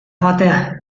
joatea